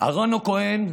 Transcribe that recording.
אהרן הכוהן,